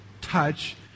touch